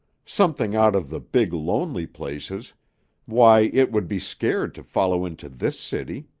something out of the big lonely places why, it would be scared to follow into this city.